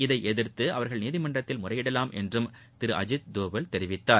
இதை எதிர்த்து அவர்கள் நீதிமன்றத்தல் முறையிடலாம் என்றும் திரு அஜித் தோவல் தெரிவித்தார்